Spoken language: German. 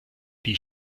die